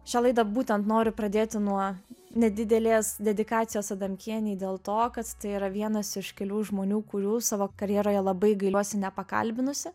šią laidą būtent noriu pradėti nuo nedidelės dedikacijos adamkienei dėl to kad tai yra vienas iš kelių žmonių kurių savo karjeroje labai gailiuosi nepakalbinusi